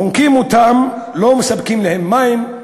חונקים אותם, לא מספקים להם מים,